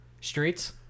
Streets